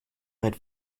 might